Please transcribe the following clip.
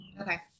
Okay